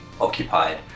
occupied